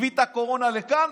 הביא את הקורונה לכאן,